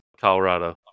Colorado